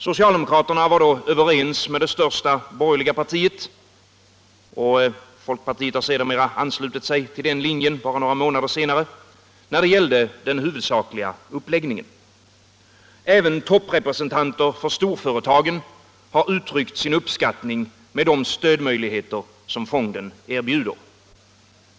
Socialdemokraterna var då överens med det största borgerliga partiet — och folkpartiet anslöt sig till den linjen bara några månader senare —- om den huvudsakliga uppläggningen. Även topprepresentanter för storföretagen har uttryckt sin uppskattning av de stödmöjligheter som fonden erbjuder.